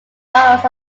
boroughs